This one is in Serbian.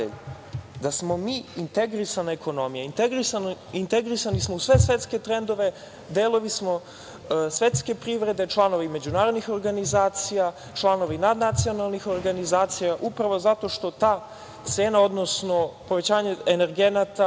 da smo mi integrisana ekonomije. Integrisani smo u sve svetske trendove, delovi smo svetske privrede, članovi međunarodnih organizacija, članovi nadnacionalnih organizacija, upravo zato što ta cena, odnosno povećanje energenata,